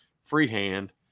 freehand